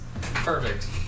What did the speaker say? Perfect